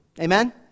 Amen